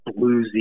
bluesy